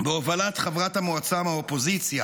בהובלת חברת המועצה מהאופוזיציה